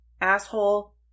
asshole